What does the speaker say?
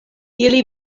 ili